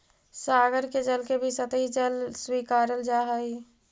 सागर के जल के भी सतही जल स्वीकारल जा हई